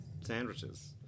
sandwiches